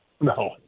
No